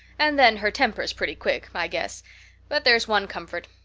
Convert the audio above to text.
and then, her temper's pretty quick, i guess but there's one comfort,